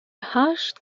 هشت